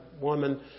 woman